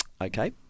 Okay